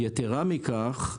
יתרה מכך,